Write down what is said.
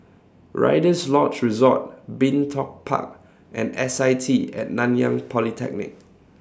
Rider's Lodge Resort Bin Tong Park and S I T At Nanyang Polytechnic